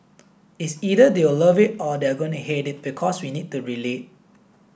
it's either they'll love it or they are going to hate it because we need to relate